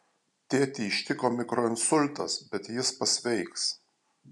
tėtį ištiko mikroinsultas bet jis pasveiks